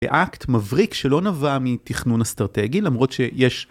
באקט מבריק שלא נבע מתכנון אסטרטגי למרות שיש.